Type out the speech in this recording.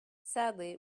sadly